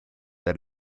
that